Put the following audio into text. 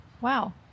Wow